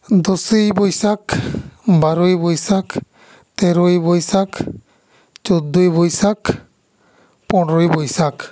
ᱫᱚᱥᱮᱭ ᱵᱟᱹᱭᱥᱟᱹᱠ ᱵᱟᱨᱳᱭ ᱵᱟᱹᱭᱥᱟᱹᱠ ᱛᱮᱨᱳᱭ ᱵᱟᱹᱭᱥᱟᱹᱠ ᱪᱳᱫᱽᱫᱳᱭ ᱵᱟᱹᱭᱥᱟᱹᱠ ᱯᱚᱱᱮᱨᱳᱭ ᱵᱟᱹᱭᱥᱟᱹᱠ